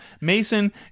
mason